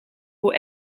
hoe